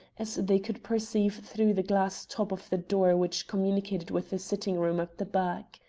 as they could perceive through the glass top of the door which communicated with the sitting-room at the back.